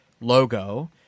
logo